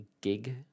gig